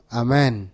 amen